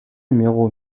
numéro